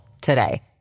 today